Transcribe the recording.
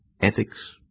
ethics